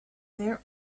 there